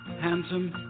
handsome